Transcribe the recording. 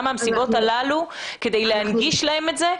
מהמסיבות הללו כדי להנגיש להם את זה?